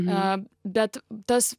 na bet tas